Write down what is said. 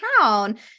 town